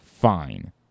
fine